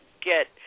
get